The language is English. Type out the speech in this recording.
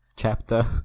Chapter